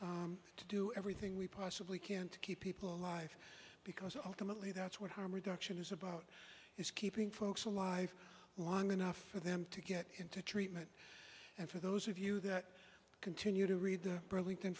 toolbox to do everything we possibly can to keep people alive because ultimately that's what harm reduction is about is keeping folks alive long enough for them to get into treatment and for those of you that continue to read the burlington